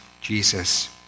Jesus